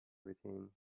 routine